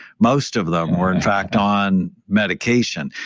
most of them were in fact on medication.